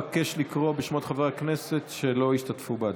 אבקש לקרוא בשמות חברי הכנסת שלא השתתפו בהצבעה.